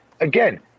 again